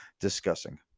discussing